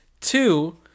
Two